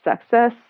success